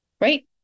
right